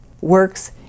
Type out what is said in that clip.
works